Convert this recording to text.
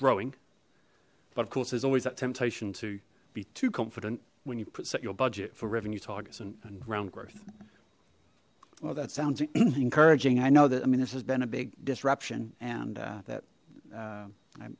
growing but of course there's always that temptation to be too confident when you put set your budget for revenue targets and round growth that sounds encouraging i know that i mean this has been a big disruption and that